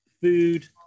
food